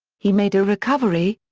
he made a recovery,